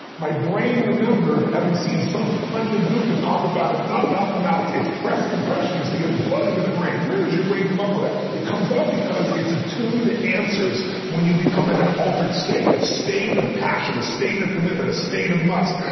my brain remembered having seen so sanjay gupta talk about, it's not mouth to mouth. it's press compressions to get blood into the brain. where does your brain come up with that? it comes up because it's attuned to answers when you become in an altered state, a state of passion, a state of commitment, a state of must.